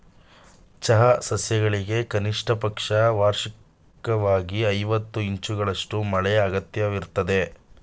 ಚಹಾ ಸಸ್ಯಗಳಿಗೆ ಕನಿಷ್ಟಪಕ್ಷ ವಾರ್ಷಿಕ್ವಾಗಿ ಐವತ್ತು ಇಂಚುಗಳಷ್ಟು ಮಳೆ ಅಗತ್ಯವಿರ್ತದೆ